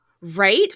Right